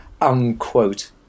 unquote